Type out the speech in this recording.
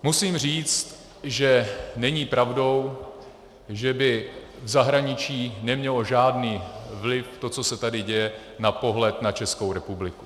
Musím říct, že není pravdou, že by v zahraničí nemělo žádný vliv to, co se tady děje, na pohled na Českou republiku.